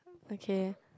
okay